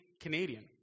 Canadian